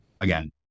again